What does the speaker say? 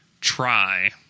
try